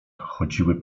chodziły